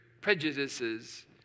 prejudices